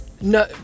no